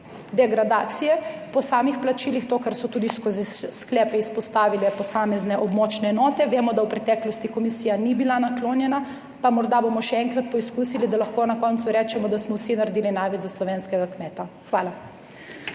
degradacije po samih plačilih, to, kar so tudi skozi sklepe izpostavile posamezne območne enote. Vemo, da v preteklosti komisija temu ni bila naklonjena, pa bomo morda še enkrat poskusili, da lahko na koncu rečemo, da smo vsi naredili največ za slovenskega kmeta. Hvala.